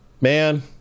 man